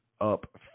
up